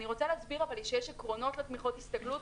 אני רוצה להסביר שיש עקרונות לתמיכות הסתגלות,